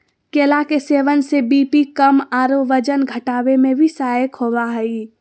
केला के सेवन से बी.पी कम आरो वजन घटावे में भी सहायक होबा हइ